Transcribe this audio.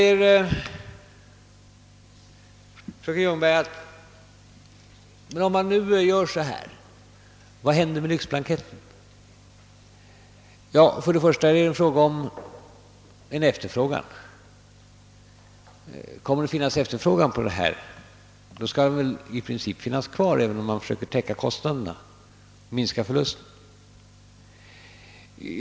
Fröken Ljungberg undrade vad som nu kommer att hända med lyxblanketterna. Det beror främst på efterfrågan. Om efterfrågan finns skall de i princip vara kvar även om man försöker täcka kostnaderna och minska förlusten.